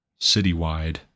citywide